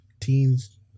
teens